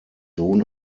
sohn